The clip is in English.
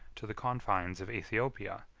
to the confines of aethiopia,